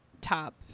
Top